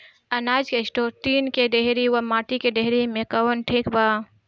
अनाज के store tin के डेहरी व माटी के डेहरी मे कवन ठीक बा?